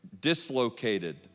dislocated